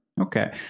okay